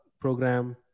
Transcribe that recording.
program